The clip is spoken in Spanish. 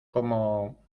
como